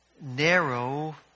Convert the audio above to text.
narrow